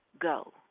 go